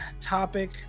topic